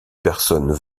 personnes